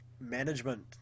management